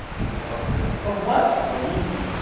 is it possible? a what? a wefie.